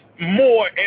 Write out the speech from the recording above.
more